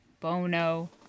Bono